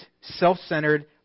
self-centered